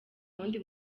wundi